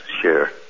share